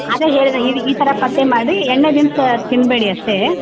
ಅದೇ ಹೇಳಿದೆ ಈ ಈ ಥರ ಪತ್ತೆ ಮಾಡಿರಿ ಎಣ್ಣೆ ತಿನ್ಸ್ ತಿನ್ನಬೇಡಿ ಅಷ್ಟೇ